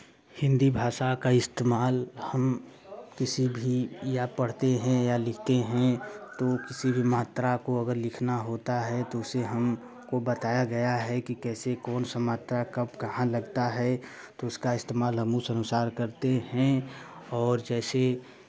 हिन्दी भाषा का इस्तेमाल हम किसी भी या पढ़ते हैं या लिखते हैं तो किसी भी मात्रा को अगर लिखना होता है तो उसे हमको बताया गया है कि कैसे कौन सा मात्रा कब कहाँ लगता है तो उसका इस्तेमाल हम उस अनुसार करते हैं और जैसे